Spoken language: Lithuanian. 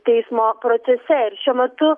teismo procese ir šiuo metu